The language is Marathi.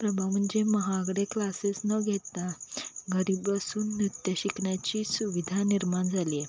प्रभाव म्हणजे महागडे क्लासेस न घेता घरी बसून नृत्य शिकण्याची सुविधा निर्माण झाली आहे